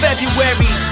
February